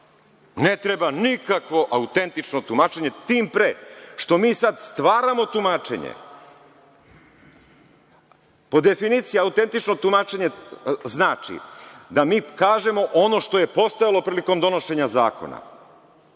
ne treba nikakvo autentično tumačenje, tim pre što mi sada stvaramo tumačenje. Po definiciji autentično tumačenje znači da mi kažemo ono što je postojalo prilikom donošenja zakona,